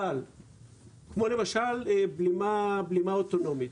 כמו למשל, בלימה אוטונומית.